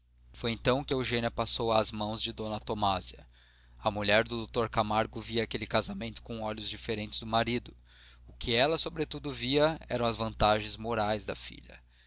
foi então que eugênia passou às mãos de d tomásia a mulher do dr camargo via aquele casamento com olhos diferentes do marido o que ela sobretudo via eram as vantagens morais da filha